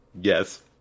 Yes